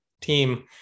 team